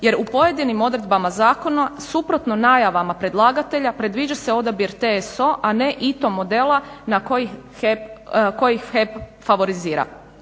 jer u pojedinim odredbama zakona suprotno najavama predlagatelja predviđa se odabir TSO, a ne ITO modela koji HEP favorizira.